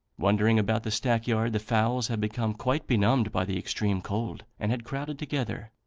wandering about the stack-yard, the fowls had become quite benumbed by the extreme cold, and had crowded together,